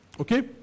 Okay